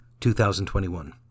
2021